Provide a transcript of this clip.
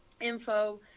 info